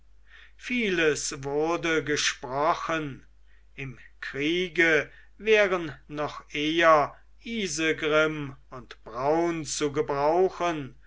vieles wurde gesprochen im kriege wären noch eher isegrim und braun zu gebrauchen